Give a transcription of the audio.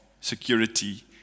security